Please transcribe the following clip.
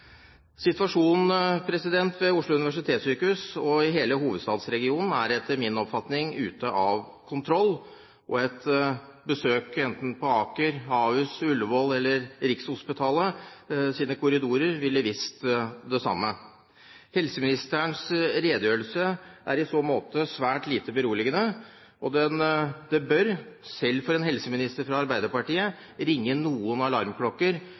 ved Oslo universitetssykehus og i hele hovedstadsregionen er etter min oppfatning ute av kontroll. Et besøk i korridorene til enten Aker sykehus, Ahus, Ullevål sykehus eller Rikshospitalet ville vist det samme. Helseministerens redegjørelse er i så måte svært lite beroligende. Det bør, selv for en helseminister fra Arbeiderpartiet, ringe noen alarmklokker